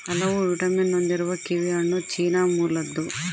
ಹಲವು ವಿಟಮಿನ್ ಹೊಂದಿರುವ ಕಿವಿಹಣ್ಣು ಚೀನಾ ಮೂಲದ್ದು